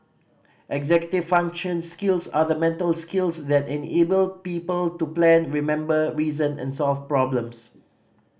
executive function skills are the mental skills that enable people to plan remember reason and solve problems